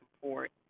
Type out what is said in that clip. support